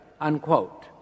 unquote